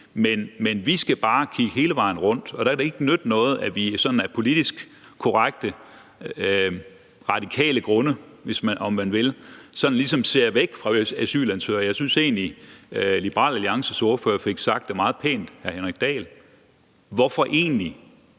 Men vi skal bare kigge hele vejen rundt, og der kan det ikke nytte noget, at vi sådan af politisk korrekte, radikale grunde, om man vil, ligesom ser væk fra asylansøgere. Jeg synes egentlig, at Liberal Alliances ordfører, hr. Henrik Dahl, fik sagt det meget pænt: Hvorfor egentlig